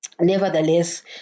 Nevertheless